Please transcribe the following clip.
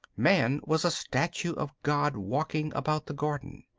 man was a statue of god walking about the garden.